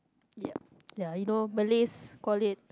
ya ya you know Malays call it